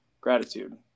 gratitude